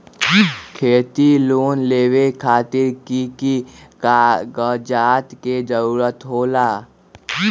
खेती लोन लेबे खातिर की की कागजात के जरूरत होला?